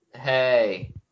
Hey